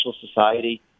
society